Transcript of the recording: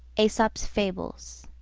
aesop's fables